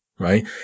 Right